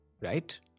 Right